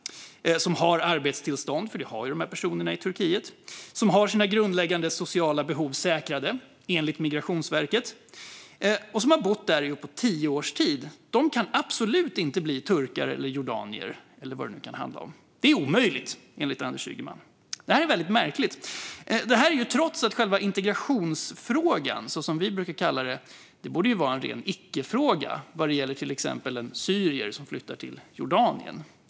De har arbetstillstånd, för det har de här personerna i Turkiet. De har sina grundläggande sociala behov säkrade, enligt Migrationsverket, och de har bott där i uppåt tio års tid. De kan absolut inte bli turkar eller jordanier, eller vad det nu kan handla om. Det är omöjligt, enligt Anders Ygeman. Det är väldigt märkligt, trots att själva integrationsfrågan, som vi brukar kalla det, borde vara en ren icke-fråga när det till exempel gäller en syrier som flyttar till Jordanien.